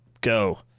go